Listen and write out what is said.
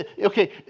Okay